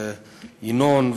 וינון,